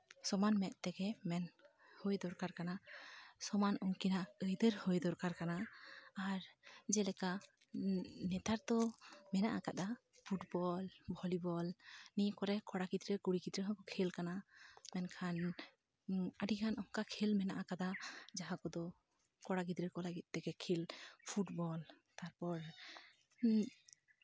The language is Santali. ᱥᱚᱢᱟᱱ ᱢᱮᱸᱫ ᱛᱮᱜᱮ ᱢᱮᱱ ᱦᱩᱭ ᱫᱚᱨᱠᱟᱨ ᱠᱟᱱᱟ ᱥᱚᱢᱟᱱ ᱩᱱᱠᱤᱱᱟᱜ ᱟᱹᱭᱫᱟᱹᱨ ᱦᱩᱭ ᱫᱚᱨᱠᱟᱨ ᱠᱟᱱᱟ ᱟᱨ ᱡᱮᱞᱮᱠᱟ ᱱᱮᱛᱟᱨ ᱫᱚ ᱢᱮᱱᱟᱜ ᱟᱠᱟᱫᱟ ᱯᱷᱩᱴᱵᱚᱞ ᱵᱷᱚᱞᱤᱵᱚᱞ ᱱᱤᱭᱟᱹ ᱠᱚᱨᱮᱜ ᱠᱚᱲᱟ ᱜᱤᱫᱽᱨᱟᱹ ᱦᱳᱠ ᱠᱩᱲᱤ ᱜᱤᱫᱽᱨᱟᱹ ᱦᱳᱠ ᱠᱷᱮᱞ ᱠᱟᱱᱟ ᱢᱮᱱᱠᱷᱟᱱ ᱟᱹᱰᱤᱜᱟᱱ ᱚᱱᱠᱟ ᱠᱷᱮᱞ ᱢᱮᱱᱟᱜ ᱠᱟᱫᱟ ᱡᱟᱦᱟᱸ ᱠᱚᱫᱚ ᱠᱚᱲᱟ ᱜᱤᱫᱽᱨᱟᱹ ᱠᱚ ᱞᱟᱹᱜᱤᱫ ᱛᱮᱜᱮ ᱠᱷᱮᱞ ᱯᱷᱩᱴᱵᱚᱞ ᱛᱟᱨᱯᱚᱨ